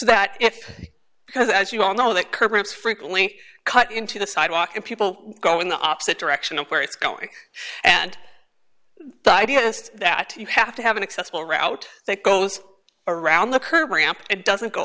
that if because as you all know that curbs frequently cut into the sidewalk and people go in the opposite direction of where it's going and the idea is that you have to have an accessible route that goes around the curb it doesn't go